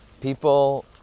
people